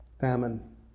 famine